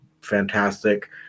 Fantastic